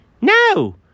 No